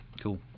Cool